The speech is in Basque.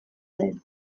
den